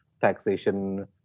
taxation